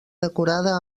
decorada